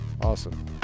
awesome